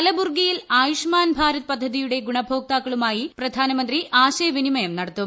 കലബുർഗിയിൽ ആയുഷ്മാൻ ഭാരത് പദ്ധതിയുടെ ഗുണഭോക്താക്കളുമായി പ്രധാനമന്ത്രി ആശയ വിനിമയം നടത്തും